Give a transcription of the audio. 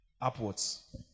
upwards